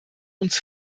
uns